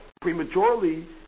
prematurely